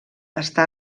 està